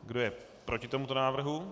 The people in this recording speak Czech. Kdo je proti tomuto návrhu?